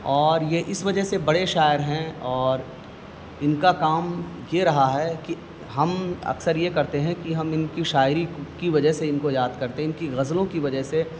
اور یہ اس وجہ سے بڑے شاعر ہیں اور ان کا کام یہ رہا ہے کہ ہم اکثر یہ کرتے ہیں کہ ہم ان کی شاعری کی وجہ سے ان کو یاد کرتے ہیں ان کی غزلوں کی وجہ سے